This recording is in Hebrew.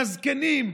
לזקנים,